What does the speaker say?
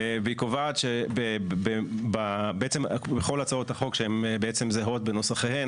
והיא קובעת שבכל הצעות החוק שהן זהות בנוסחיהן,